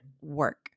work